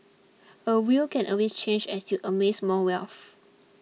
a will can always change as you amass more wealth